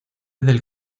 del